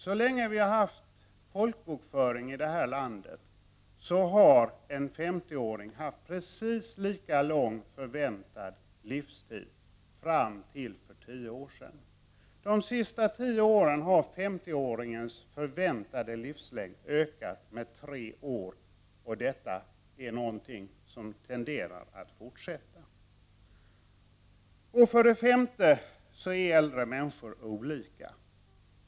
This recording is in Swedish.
Så länge vi har haft folkbokföring här i landet har en 50-åring haft precis lika lång förväntad livstid fram till för tio år sedan. De senaste tio åren har 50 åringens förväntade livslängd ökat med tre år, och detta är någonting som tenderar att fortsätta. För det femte är äldre människor olika.